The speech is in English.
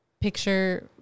picture